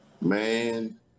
Man